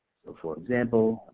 so for example